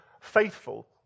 faithful